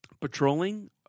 patrolling